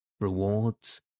rewards